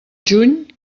juny